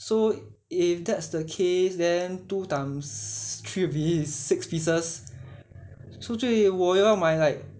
so if that's the case then two times three we will need six pieces so 就我要买 like 好像